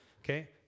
okay